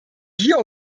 hier